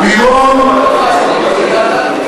כמה שילמת?